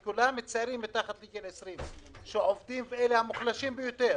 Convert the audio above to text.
כולם צעירים מתחת לגיל 20 והם המוחלשים ביותר.